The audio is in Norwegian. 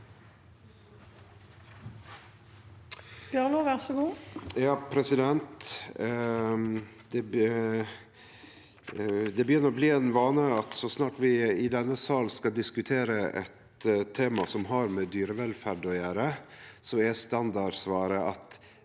(V) Det begynner å bli ein vane at så snart vi i denne sal skal diskutere eit tema som har med dyrevelferd å gjere, er standardsvaret at